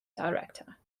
director